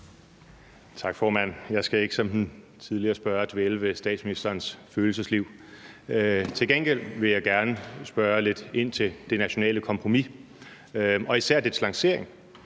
Tak, formand. Jeg skal ikke som den forrige spørger dvæle ved statsministerens følelsesliv. Til gengæld vil jeg gerne spørge lidt ind til det nationale kompromis og især dets lancering.